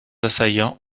assaillants